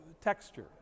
texture